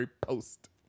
post